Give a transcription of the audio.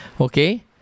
Okay